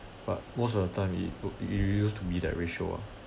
but most of the time it it use to be that ratio ah